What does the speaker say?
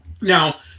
Now